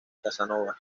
casanova